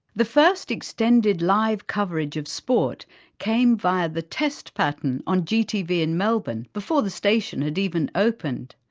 the first extended live coverage of sport came via the test pattern on gtv in melbourne before the station had even opened.